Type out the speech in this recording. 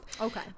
Okay